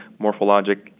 morphologic